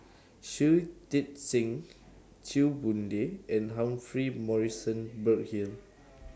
Shui Tit Sing Chew Boon Lay and Humphrey Morrison Burkill